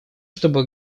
чтобы